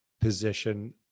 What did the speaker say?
position